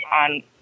on